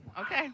Okay